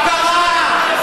מה קרה?